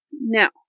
Now